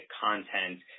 content